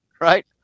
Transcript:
Right